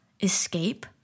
escape